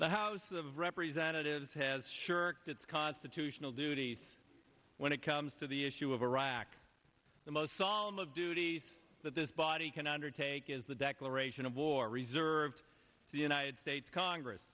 the house of representatives has sure its constitutional duties when it comes to the issue of iraq the most solemn of duties that this body can undertake is the declaration of war reserved to the united states congress